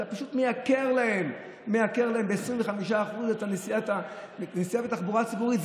אתה פשוט מייקר להם ב-25% את הנסיעה בתחבורה הציבורית.